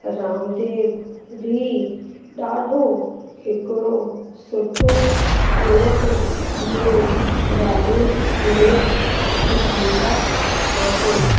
रामदेव बि ॾाढो हिकिड़ो सुठो योग जे बारे में ॿुधाईंदा आहिनि